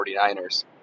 49ers